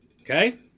Okay